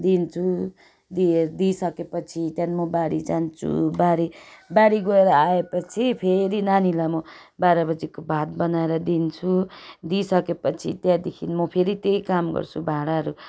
दिन्छु दिए दिइसकेपछि त्यहाँदेखि म बारी जान्छु बारी बारी गएर आएपछि फेरि नानीलाई म बाह्र बजीको भात बनाएर दिन्छु दिइसकेपछि त्यहाँदेखि म फेरि त्यही काम गर्छु भाँडाहरू